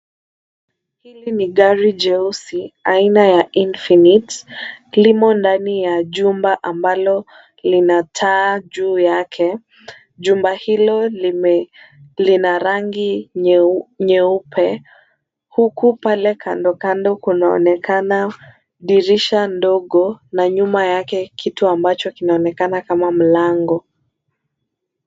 Hili ni gari jeusi aina ya Infinix , limo ndani ya chumba ambalo lina taa juu yake ,chumba hilo lina rangi nyeupe ,huku pale kando kando kunaonekana dirisha ndogo na nyuma yake kitu ambacho kinaonekana kama mlango .